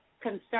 concern